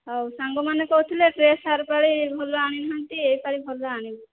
ହୋଉ ସାଙ୍ଗମାନେ କହୁଥିଲେ ଡ୍ରେସ୍ ଆର ପାଳି ଭଲ ଆଣିନାହାନ୍ତି ଏଇ ପାଳି ଭଲ ଆଣିବେ